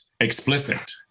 explicit